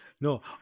No